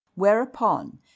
Whereupon